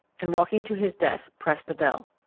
and, walking to his desk, pressed a bell.